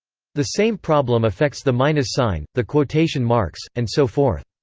the same problem affects the minus sign, the quotation marks, and so forth.